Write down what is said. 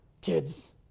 kids